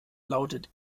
lautet